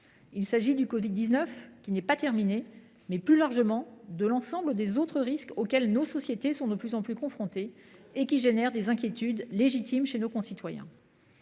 l’épidémie de covid 19, qui n’est pas terminée, mais aussi, plus largement, de l’ensemble des autres risques, auxquels nos sociétés sont de plus en plus confrontées et qui génèrent des inquiétudes légitimes chez nos concitoyens.